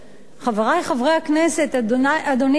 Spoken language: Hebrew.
חברי חברי הכנסת, אדוני השר,